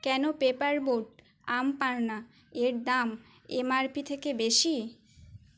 কেন paper boat aam panna এর দাম এম আর পি থেকে বেশি